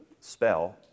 spell